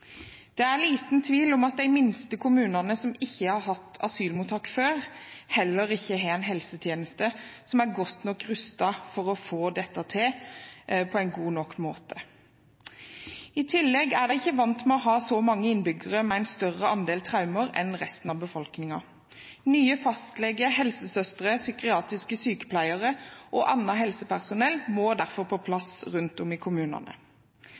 Det er liten tvil om at de minste kommunene som ikke har hatt asylmottak før, heller ikke har en helsetjeneste som er godt nok rustet for å få dette til på en god nok måte. I tillegg er de ikke vant med å ha så mange innbyggere med en større andel traumer enn resten av befolkningen. Nye fastleger, helsesøstre, psykiatriske sykepleiere og annet helsepersonell må derfor på plass rundt om i kommunene.